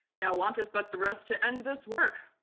now wanteth but the rest to end this work,